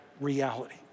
reality